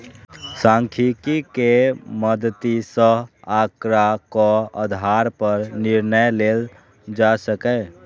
सांख्यिकी के मदति सं आंकड़ाक आधार पर निर्णय लेल जा सकैए